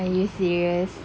are you serious